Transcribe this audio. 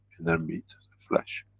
inner meat flesh.